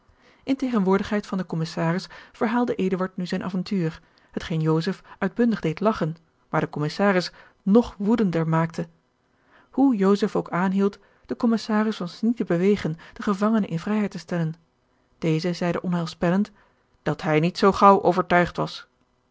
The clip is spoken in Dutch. in tegenwoordigheid van den commissaris verhaalde eduard nu zijn avontuur hetgeen joseph uitbundig deed lagchen maar den commissaris nog woedender maakte hoe joseph ook aanhield de commissaris was niet te bewegen den gevangene in vrijheid te stellen deze zeide onheilspellend dat hij niet zoo gaauw overtuigd was